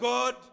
God